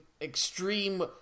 extreme